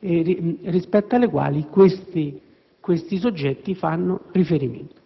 rispetto ai quali questi soggetti fanno riferimento.